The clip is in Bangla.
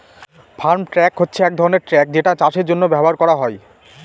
ফার্ম ট্রাক হচ্ছে এক ধরনের ট্র্যাক যেটা চাষের জন্য ব্যবহার করা হয়